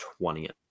20th